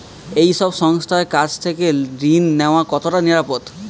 এই সব সংস্থার কাছ থেকে ঋণ নেওয়া কতটা নিরাপদ?